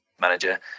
manager